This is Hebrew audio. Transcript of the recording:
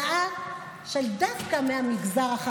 אני רוצה להקריא לאדוני הודעה דווקא מהמגזר החרדי,